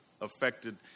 affected